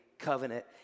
covenant